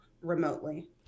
remotely